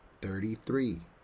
thirty-three